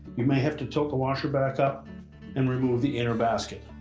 you may have to tilt the washer back up and remove the inner basket.